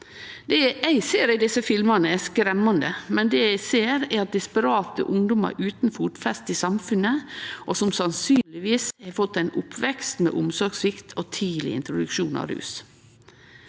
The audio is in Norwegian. Det eg ser i desse filmane, er skremmande, men det eg også ser, er desperate ungdomar utan fotfeste i samfunnet, som sannsynlegvis har hatt ein oppvekst med omsorgssvikt og tidleg introduksjon av rus.